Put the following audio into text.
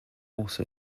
also